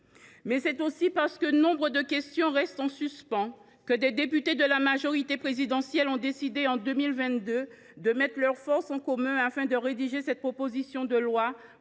2026. C’est aussi parce que nombre de questions restent en suspens que des députés de la majorité présidentielle ont décidé en 2022 de mettre leurs forces en commun afin de rédiger cette proposition de loi